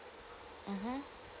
mmhmm